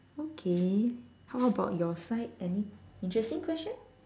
okay how about your side any interesting question